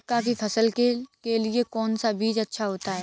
मक्का की फसल के लिए कौन सा बीज अच्छा होता है?